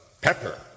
pepper